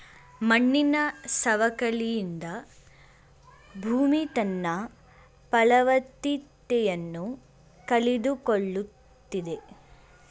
ಮಣ್ಣಿನ ಸವಕಳಿಯಿಂದ ಭೂಮಿ ತನ್ನ ಫಲವತ್ತತೆಯನ್ನು ಕಳೆದುಕೊಳ್ಳುತ್ತಿದೆ